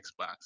Xbox